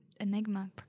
enigma